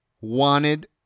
wanted